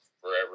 forever